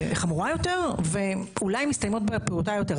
החמורה יותר, ואולי מסתיימות בפעוטה יותר.